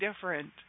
different